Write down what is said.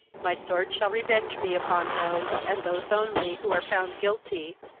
my sword shall revenge me upon those, and those only, who are found guilty,